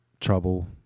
trouble